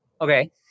Okay